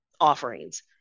offerings